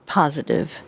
positive